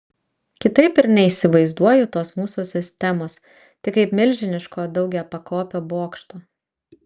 kitaip ir neįsivaizduoju tos mūsų sistemos tik kaip milžiniško daugiapakopio bokšto